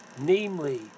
namely